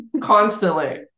constantly